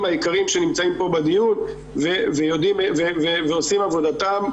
היקרים שנמצאים פה בדיון ועושים את עבודתם נאמנה.